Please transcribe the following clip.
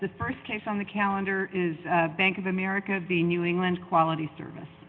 the st case on the calendar is bank of america the new england quality service